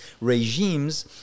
regimes